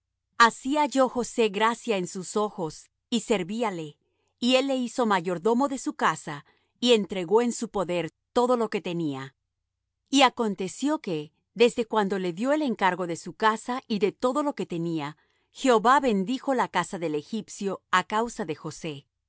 así halló josé gracia en sus ojos y servíale y él le hizo mayordomo de su casa y entregó en su poder todo lo que tenía y aconteció que desde cuando le dió el encargo de su casa y de todo lo que tenía jehová bendijo la casa del egipcio á causa de josé y